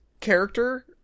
character